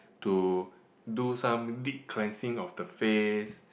to do some deep cleansing of the face